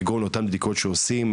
כגון אותן בדיקות שעושים,